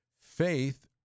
faith